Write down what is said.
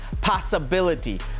possibility